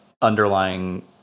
underlying